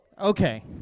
Okay